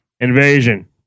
Invasion